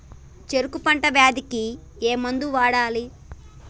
చెరుకు పంట వ్యాధి కి ఏ మందు వాడాలి?